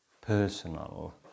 personal